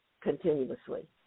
continuously